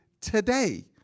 today